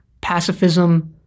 pacifism